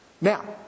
now